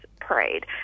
parade